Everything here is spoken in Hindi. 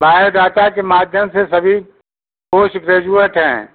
बायोडाटा के माध्यम से सभी पोस्टग्रैजुएट हैं